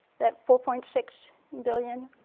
that four point six billion,